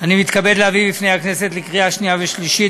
אני מתכבד להביא בפני הכנסת לקריאה שנייה ושלישית